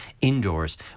indoors